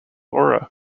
aura